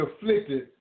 afflicted